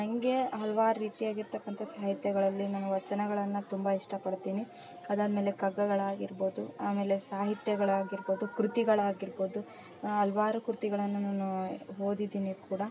ನನಗೆ ಹಲ್ವಾರು ರೀತಿ ಆಗಿರ್ತಕ್ಕಂಥ ಸಾಹಿತ್ಯಗಳಲ್ಲಿ ನಾವು ವಚನಗಳನ್ನು ತುಂಬ ಇಷ್ಟಪಡ್ತೀನಿ ಅದಾದ್ಮೇಲೆ ಕಗ್ಗಗಳಾಗಿರ್ಬೋದು ಆಮೇಲೆ ಸಾಹಿತ್ಯಗಳಾಗಿರ್ಬೋದು ಕೃತಿಗಳಾಗಿರ್ಬೋದು ಹಲವಾರು ಕೃತಿಗಳನ್ನ ನಾನು ಓದಿದ್ದೀನಿ ಕೂಡ